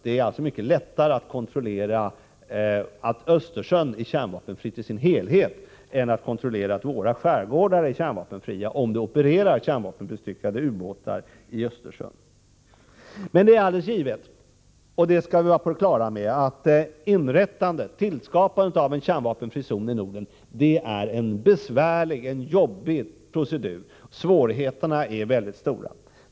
Det är mycket lättare att kontrollera att Östersjön är kärnvapenfritt i dess helhet än att kontrollera att våra skärgårdar är kärnvapenfria, om kärnvapenbestyckade ubåtar opererar i Östersjön. Vi skall vara på det klara med att tillskapandet av en kärnvapenfri zon i Norden är en besvärlig procedur. Svårigheterna är väldigt stora.